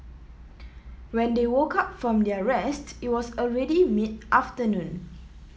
when they woke up from their rest it was already mid afternoon